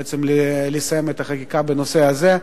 בעצם, לסיים את החקיקה בנושא הזה.